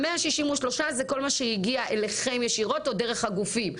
ה-163 זה כל מה שהגיע אליכם ישירות או דרך הגופים?